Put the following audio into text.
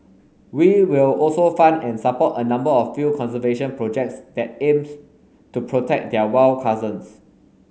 we will also fund and support a number of field conservation projects that aims to protect their wild cousins